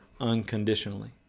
unconditionally